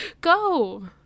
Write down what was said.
Go